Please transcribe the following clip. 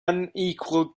unequal